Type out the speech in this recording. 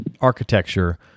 architecture